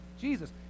Jesus